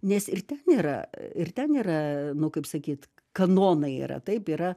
nes ir ten yra ir ten yra nu kaip sakyt kanonai yra taip yra